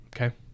okay